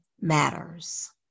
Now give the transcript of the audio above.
matters